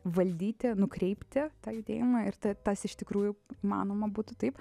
valdyti nukreipti tą judėjimą ir tas iš tikrųjų įmanoma būtų taip